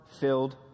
filled